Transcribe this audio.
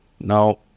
Now